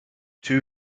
two